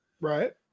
right